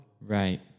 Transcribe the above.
Right